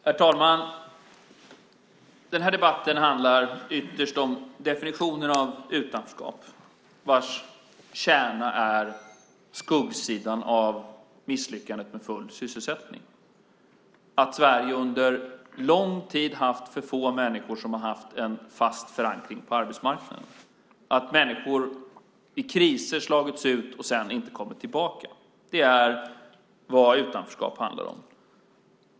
Herr talman! Den här debatten handlar ytterst om definitionen av utanförskap, vars kärna är skuggsidan av misslyckandet med full sysselsättning. Sverige har under lång tid haft för få människor som har haft en fast förankring på arbetsmarknaden. Människor har i kriser slagits ut och sedan inte kommit tillbaka. Det är vad utanförskap handlar om.